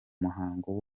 muhango